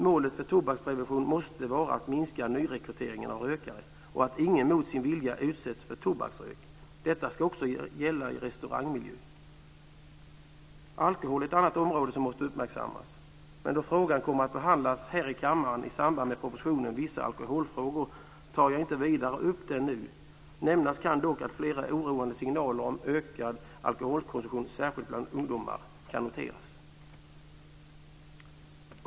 Målet för tobaksprevention måste vara att minska nyrekryteringen av rökare och att ingen mot sin vilja utsätts för tobaksrök, detta ska också gälla i restaurangmiljö. Alkohol är ett annat område som måste uppmärksammas. Men då frågan kommer att behandlas här i kammaren i samband med propositionen Vissa alkoholfrågor tar jag inte vidare upp den nu. Nämnas kan dock att flera oroande signaler om ökad alkoholkonsumtion, särskilt bland ungdomar, kan noteras.